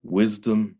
wisdom